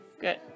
good